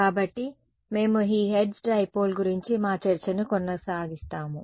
కాబట్టి మేము ఈ హెర్ట్జ్ డైపోల్ గురించి మా చర్చను కొనసాగిస్తాము